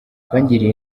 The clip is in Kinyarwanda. bangiriye